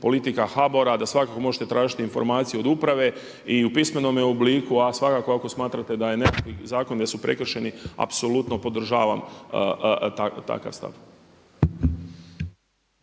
politika HBOR-a da svakako možete tražiti informaciju od uprave i u pismenome obliku a svakako ako smatrate da je nešto, zakoni da su prekršeni, apsolutno podržavam takav stav.